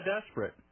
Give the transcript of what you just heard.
desperate